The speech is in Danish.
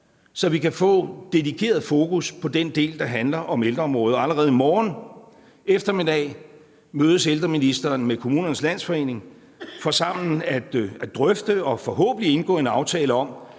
så vi kan få dedikeret fokus på den del, der handler om ældreområdet, og allerede i morgen eftermiddag mødes ældreministeren med Kommunernes Landsforening for sammen at drøfte og forhåbentlig indgå en aftale om,